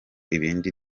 ibindi